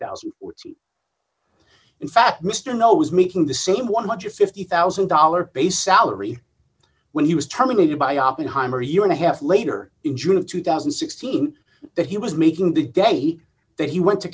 thousand in fact mr know was making the same one hundred and fifty thousand dollars base salary when he was terminated by oppenheimer year and a half later in june of two thousand and sixteen that he was making the date that he went to